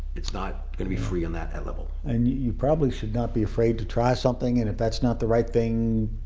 it's not gonna be free on that level. and you probably should not be afraid to try something and if that's not the right thing,